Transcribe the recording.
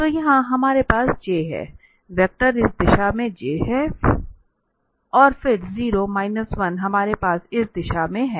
तो यहाँ हमारे पास j हैं वेक्टर इस दिशा में j है और फिर 0 1 हमारे पास इस दिशा में है